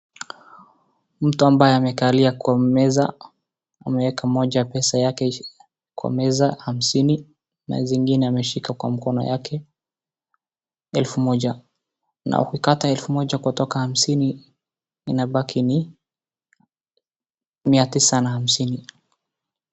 Mtu ambaye amekalia kwa meza ameweka moja pesa yake kwa meza hamsini na zingine ameshika kwa mkono yake elfu moja na ukikata elfu moja kutoka hamsini inabaki ni mia tisa na hamsini.